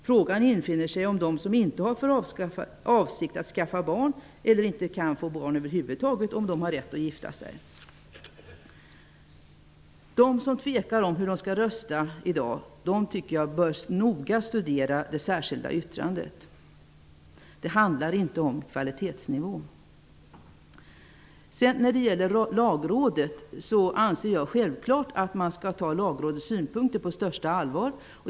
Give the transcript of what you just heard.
Frågan infinner sig då om de som inte har för avsikt att skaffa barn eller som över huvud taget inte kan få barn har rätt att gifta sig. De som tvekar om hur de skall rösta i dag tycker jag noga skall studera det särskilda yttrandet. Det handlar inte om kvalitetsnivå. Jag anser självfallet att Lagrådets synpunkter skall tas på största allvar.